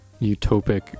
utopic